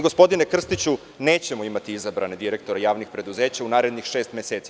Gospodine Krstiću, mi nećemo imati izabrane direktore javnih preduzeća u narednih šest meseci.